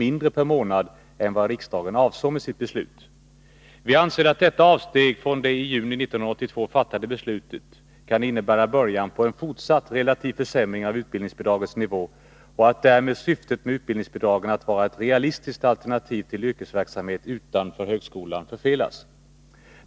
mindre per månad än vad riksdagen avsåg med sitt beslut. Vi anser att detta avsteg från det i juni 1982 fattade beslutet kan innebära början på en fortsatt relativ försämring av utbildningsbidragets nivå och att därmed syftet med utbildningsbidraget, att vara ett realistiskt alternativ till yrkesverksamhet utanför högskolan, förfelas.